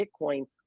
Bitcoin